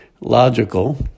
logical